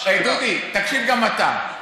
דודי, תקשיב גם אתה.